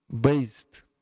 based